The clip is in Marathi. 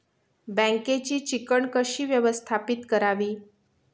बँकेची चिकण कशी व्यवस्थापित करावी?